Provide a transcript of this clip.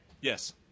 Yes